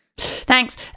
Thanks